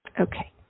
Okay